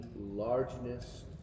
largeness